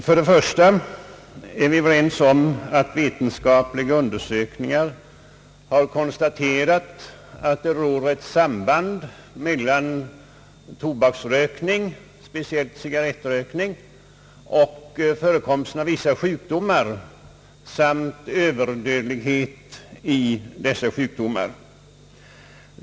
För det första är vi ense om att vetenskapliga undersökningar har konstaterat att det råder ett samband mellan tobaksrökning, speciellt cigarrettrökning, och förekomsten av vissa sjukdomar samt överdödlighet i dessa sjukdomar.